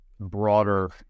broader